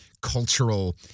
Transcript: cultural